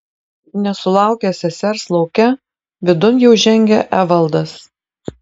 nesulaukęs sesers lauke vidun jau žengė evaldas